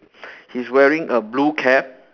he's wearing a blue cap